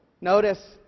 Notice